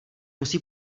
musí